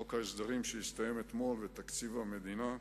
חוק ההסדרים שהסתיים אתמול ותקציב המדינה.